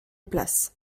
place